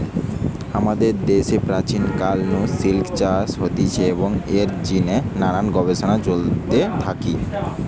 আমাদের দ্যাশে প্রাচীন কাল নু সিল্ক চাষ হতিছে এবং এর জিনে নানান গবেষণা চলতে থাকি